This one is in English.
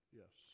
yes